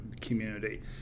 community